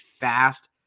fast